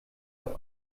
auf